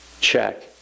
Check